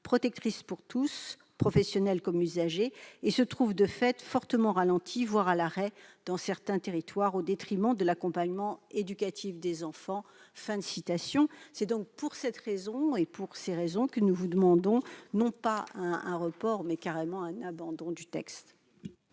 protectrices pour tous, professionnels comme usagers, et se trouvent de fait fortement ralentis, voire à l'arrêt dans certains territoires, au détriment de l'accompagnement éducatif des enfants ». Pour toutes ces raisons, nous demandons, non un report, mais carrément l'abandon du texte.